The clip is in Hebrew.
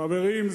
חברים,